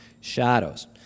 shadows